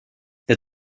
det